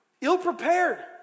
Ill-prepared